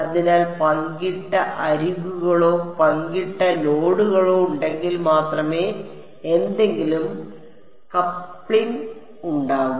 അതിനാൽ പങ്കിട്ട അരികുകളോ പങ്കിട്ട നോഡുകളോ ഉണ്ടെങ്കിൽ മാത്രമേ എന്തെങ്കിലും കപ്ലിംഗ് ഉണ്ടാകൂ